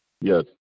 yes